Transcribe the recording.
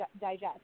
digest